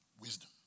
Wisdom